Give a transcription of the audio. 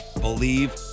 believe